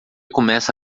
começa